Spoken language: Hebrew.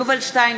יובל שטייניץ,